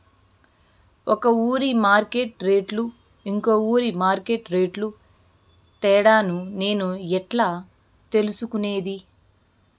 ఒక ఊరి మార్కెట్ రేట్లు ఇంకో ఊరి మార్కెట్ రేట్లు తేడాను నేను ఎట్లా తెలుసుకునేది?